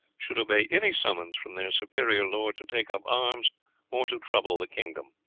should obey any summons from their superior lord to take up arms or to trouble the kingdom.